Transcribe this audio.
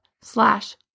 slash